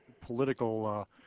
political